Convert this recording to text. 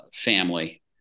family